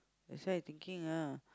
that's why thinking ah